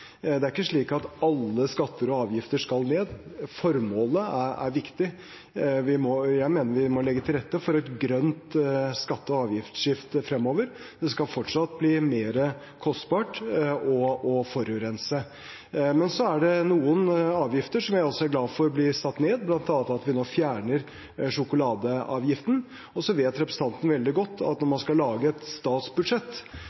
Det er ikke slik at alle skatter og avgifter skal ned. Formålet er viktig. Jeg mener vi må legge til rette for et grønt skatte- og avgiftsskifte fremover. Det skal fortsatt bli mer kostbart å forurense. Det er også noen avgifter som jeg er glad for blir satt ned, bl.a. at vi nå fjerner sjokoladeavgiften, og så vet representanten veldig godt at når